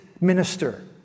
minister